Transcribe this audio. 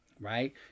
right